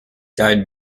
died